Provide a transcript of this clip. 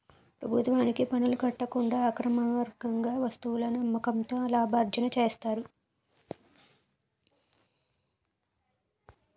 ప్రభుత్వానికి పనులు కట్టకుండా అక్రమార్గంగా వస్తువులను అమ్మకంతో లాభార్జన చేస్తారు